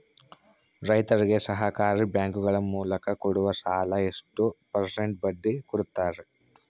ರೈತರಿಗೆ ಸಹಕಾರಿ ಬ್ಯಾಂಕುಗಳ ಮೂಲಕ ಕೊಡುವ ಸಾಲ ಎಷ್ಟು ಪರ್ಸೆಂಟ್ ಬಡ್ಡಿ ಕೊಡುತ್ತಾರೆ?